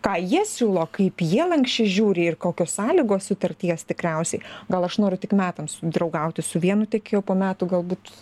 ką jie siūlo kaip jie lanksčiai žiūri ir kokios sąlygos sutarties tikriausiai gal aš noriu tik metams draugauti su vienu tiekėju o po metų galbūt